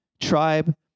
tribe